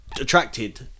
attracted